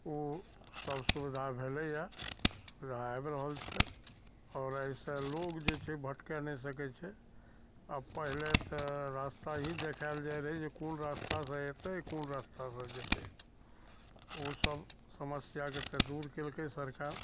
ओ सब सुविधा भेलैए सुविधा आबि रहल छै आओर एहिसे लोक जे छै भटकै नहि सकै छै आओर पहिले तऽ रस्ता ही देखाएल जाए रहै जे कोन रस्तासे अएतै कोन रस्तासे जएतै ओसब समस्याकेँ तऽ दूर केलकै सरकार